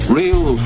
real